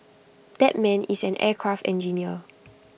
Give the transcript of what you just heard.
that man is an aircraft engineer